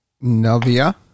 Novia